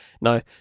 no